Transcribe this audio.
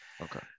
Okay